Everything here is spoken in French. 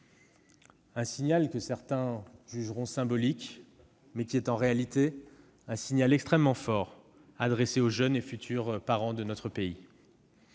un signal, que certains jugeront symbolique, mais en réalité extrêmement fort, adressé aux jeunes et futurs parents de notre pays.